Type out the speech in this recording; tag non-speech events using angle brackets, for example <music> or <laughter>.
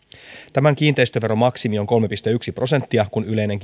tämän kiinteistöveron maksimi on kolme pilkku yksi prosenttia kun yleinen <unintelligible>